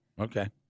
Okay